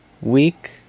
week